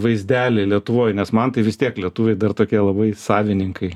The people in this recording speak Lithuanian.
vaizdelį lietuvoj nes man tai vis tiek lietuviai dar tokie labai savininkai